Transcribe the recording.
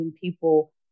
people